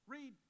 Read